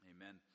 Amen